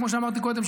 כמו שאמרתי קודם,